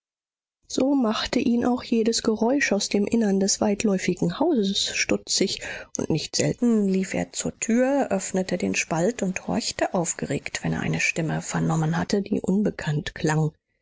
so machte ihn auch jedes geräusch aus dem innern des weitläufigen hauses stutzig und nicht selten lief er zur tür öffnete den spalt und horchte aufgeregt wenn er eine stimme vernommen hatte die unbekannt klang